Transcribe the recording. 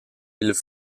ils